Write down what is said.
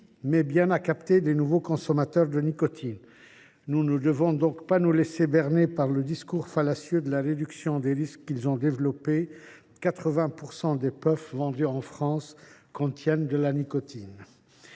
mais bien à capter de nouveaux consommateurs de nicotine. Nous ne devons donc pas nous laisser berner par le discours fallacieux de la réduction des risques qu’ils ont élaboré : 80 % des puffs vendues en France contiennent de la nicotine.